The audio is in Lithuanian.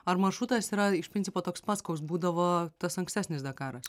ar maršrutas yra iš principo toks pats koks būdavo tas ankstesnis dakaras